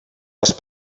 les